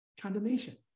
condemnation